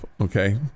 okay